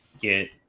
get